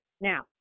Now